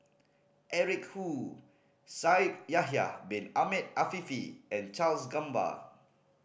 Eric Khoo Shaikh Yahya Bin Ahmed Afifi and Charles Gamba